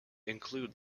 include